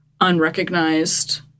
unrecognized